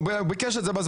הוא ביקש את זה בזמן.